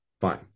Fine